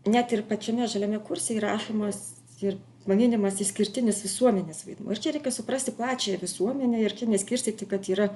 net ir pačiame žaliame kurse įrašomas ir vadinamas išskirtinis visuomenės vaidmuo ir čia reikia suprasti plačiąją visuomenę ir neskirstyti kad yra